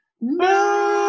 No